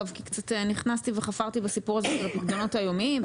נכנסתי וחפרתי קצת בסיפור הזה של הפיקדונות היומיים,